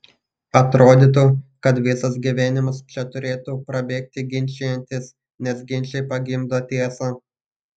atrodytų kad visas gyvenimas čia turėtų prabėgti ginčijantis nes ginčai pagimdo tiesą